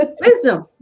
Wisdom